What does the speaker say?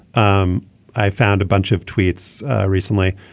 um i found a bunch of tweets recently.